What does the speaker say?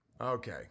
Okay